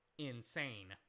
insane